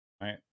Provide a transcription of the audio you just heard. Right